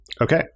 Okay